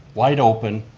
wide open,